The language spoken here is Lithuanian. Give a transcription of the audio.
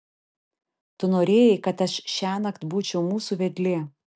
tu norėjai kad aš šiąnakt būčiau mūsų vedlė